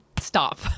stop